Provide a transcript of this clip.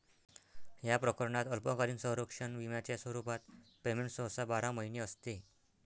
या प्रकरणात अल्पकालीन संरक्षण विम्याच्या स्वरूपात पेमेंट सहसा बारा महिने असते